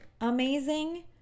amazing